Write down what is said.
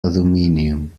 aluminium